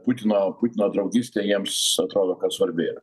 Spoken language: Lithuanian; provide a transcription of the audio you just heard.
putino putino draugystė jiems atrodo kad svarbi